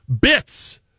bits